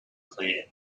clear